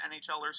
NHLers